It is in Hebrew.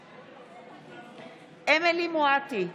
בעד אמילי מואטי,